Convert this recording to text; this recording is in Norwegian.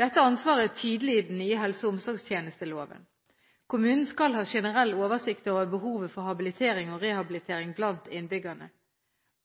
Dette ansvaret er tydelig i den nye helse- og omsorgstjenesteloven. Kommunen skal ha generell oversikt over behovet for habilitering og rehabilitering blant innbyggerne.